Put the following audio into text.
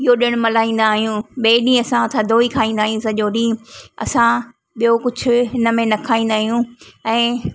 इहो ॾिण मल्हाईंदा आयूं ॿे ॾी असां थदो ई खाईंदा आहियूं सॼो ॾींहुं असां ॿियो कुझु हिन में न खाईंदा आहियूं ऐं